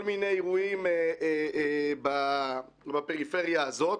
כל מיני אירועים בפריפריה הזאת.